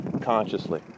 consciously